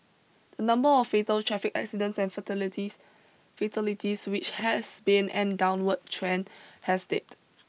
the number of fatal traffic accidents and fatalities fatalities which has been an downward trend has dipped